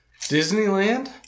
Disneyland